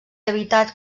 evitat